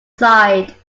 side